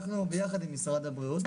אנחנו ביחד עם משרד הבריאות,